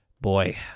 boy